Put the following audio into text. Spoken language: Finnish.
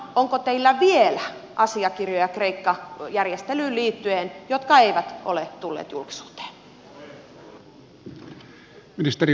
onko teillä kreikka järjestelyyn liittyen vielä asiakirjoja jotka eivät ole tulleet julkisuuteen